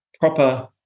proper